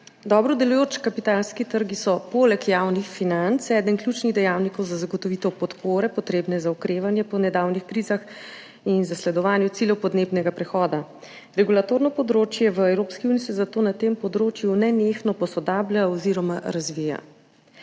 Dobro delujoči kapitalski trgi so poleg javnih financ eden ključnih dejavnikov za zagotovitev podpore, potrebne za okrevanje po nedavnih krizah in zasledovanje ciljev podnebnega prehoda. Regulatorno področje v Evropski uniji se zato na tem področju nenehno posodablja oziroma razvija.